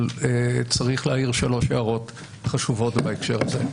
אבל צריך להעיר שלוש הערות חשובות בהקשר הזה.